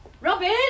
Robin